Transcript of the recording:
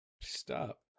Stop